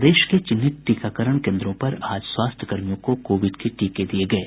प्रदेश के चिन्हित टीकाकरण केन्द्रों पर आज स्वास्थ्य कर्मियों को कोविड के टीके दिये गये